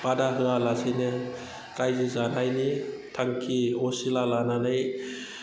बादा होआ लासिनो रायजो जानायनि थांखि असिला लानानै